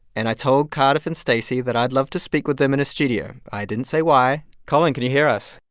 and i told cardiff and stacey that i'd love to speak with them in a studio. i didn't say why colin, can you hear us?